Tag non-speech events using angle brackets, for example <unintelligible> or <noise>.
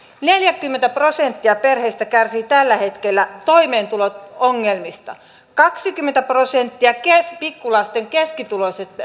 neljäkymmentä prosenttia perheistä kärsii tällä hetkellä toimeentulo ongelmista kaksikymmentä prosenttia keskituloisista <unintelligible>